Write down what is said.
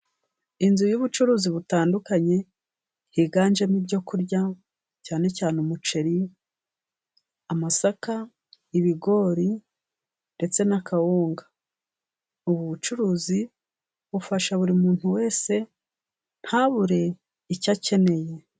Inzu y'ubucuruzi butandukanye higanjemo ibyo kurya cyane cyane umuceri, amasaka, ibigori ndetse n'akawunga. Ubu bucuruzi bufasha buri muntu wese ntabure icyo akeneye